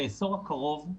בעשור הקרוב,